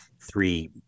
three